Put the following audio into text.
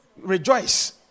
Rejoice